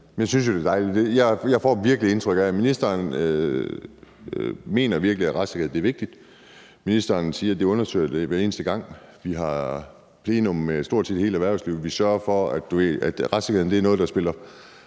Jeg synes jo, det er dejligt. Jeg får virkelig indtryk af, at ministeren mener, at retssikkerhed er vigtigt. Ministeren siger, at de undersøger det hver eneste gang. De har plenum med stort set hele erhvervslivet, og de sørger for, du ved, at retssikkerheden er noget, der spiller.